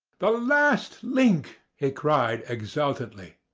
the last link, he cried, exultantly.